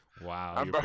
wow